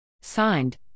Signed